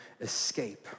escape